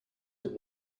did